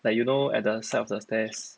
like you know at the side of the stairs